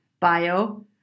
bio